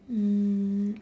mm